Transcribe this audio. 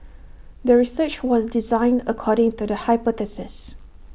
the research was designed according to the hypothesis